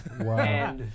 Wow